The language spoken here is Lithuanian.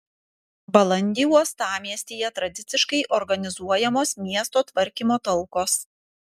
balandį uostamiestyje tradiciškai organizuojamos miesto tvarkymo talkos